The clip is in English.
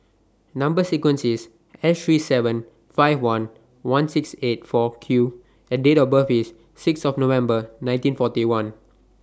Number sequence IS S three seven five one one six eight four Q and Date of birth IS six of November nineteen forty one